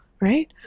right